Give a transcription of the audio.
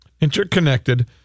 Interconnected